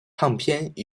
唱片